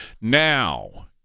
now